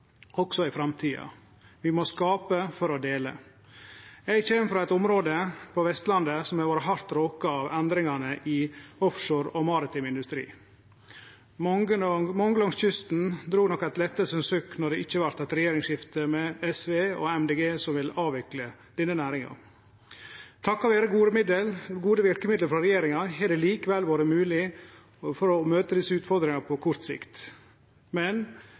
også i framtida. Vi må skape for å dele. Eg kjem frå eit område på Vestlandet som har vore hardt råka av endringane i offshore og maritim industri. Mange langs kysten drog nok eit lettelsens sukk då det ikkje vart eit regjeringsskifte med SV og Miljøpartiet Dei Grøne, som vil avvikle denne næringa. Takk vere gode verkemiddel frå regjeringa har det likevel vore mogleg å møte desse utfordringane på kort sikt, men